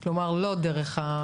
הרלוונטית.